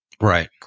Right